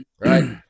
right